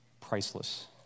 priceless